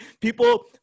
people